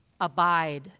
abide